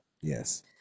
yes